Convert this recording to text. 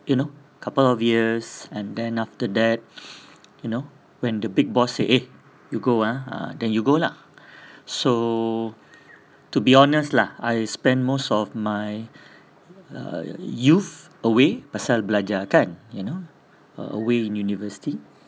you know couple of years and then after that you know when the big boss say eh you go ah ah then you go lah so to be honest lah I spent most of my uh youth away pasal belajar kan you know away in university